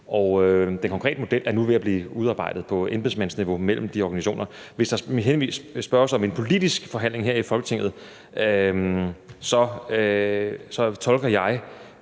Den konkrete model er nu ved at blive udarbejdet på embedsmandsniveau sammen med de organisationer. Hvis spørgeren henviser til en politisk forhandling her i Folketinget, tolker jeg